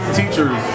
teachers